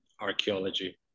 archaeology